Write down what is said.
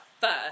first